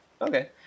Okay